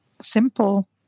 simple